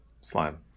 slime